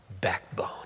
backbone